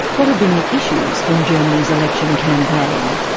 what have been the issues in germany's election campaign?